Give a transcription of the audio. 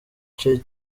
kimwe